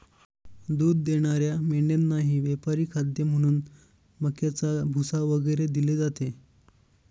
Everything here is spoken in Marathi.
दूध देणाऱ्या मेंढ्यांनाही व्यापारी खाद्य म्हणून मक्याचा भुसा वगैरे दिले जाते